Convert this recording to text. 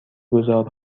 گذار